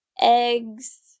eggs